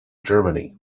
germany